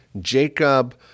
Jacob